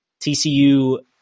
TCU